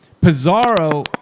Pizarro